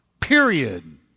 period